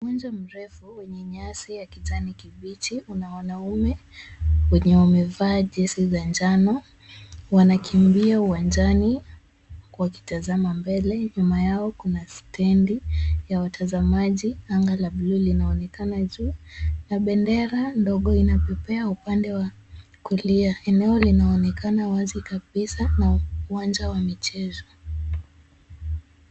Uwanja mrefu wenye rangi ya kijani kibichi una wanaume wenye wamevaa jezi za njano. Wanakimbia uwanjani wakitazama mbele. Nyuma yao kuna stendi ya watazamaji. Anga la bluu linaonekana na bendera ndogo inapepea upande wa kulia. Eneo linaonekana wazi kabisa na uwanja wa michezo.